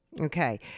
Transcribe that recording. Okay